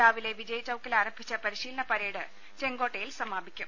രാവിലെ വിജയ് ചൌക്കിൽ ആരംഭിച്ച പരിശീലന പരേഡ് ചെങ്കോട്ടയിൽ സമാപിക്കും